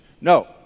No